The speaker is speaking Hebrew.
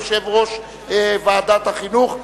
יושב-ראש ועדת החינוך.